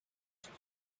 sus